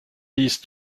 dix